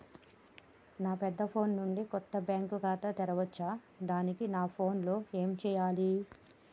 నా పెద్ద ఫోన్ నుండి కొత్త బ్యాంక్ ఖాతా తెరవచ్చా? దానికి నా ఫోన్ లో ఏం చేయాలి?